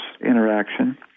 interaction